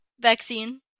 vaccine